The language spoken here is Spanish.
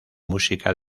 música